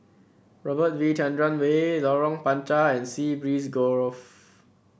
Robert V Chandran Way Lorong Panchar and Sea Breeze Grove